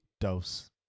dose